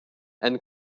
and